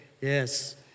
Yes